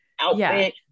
outfit